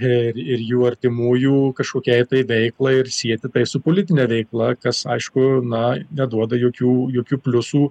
ir ir jų artimųjų kažkokiai veiklai ir sieti tai su politine veikla kas aišku na neduoda jokių jokių pliusų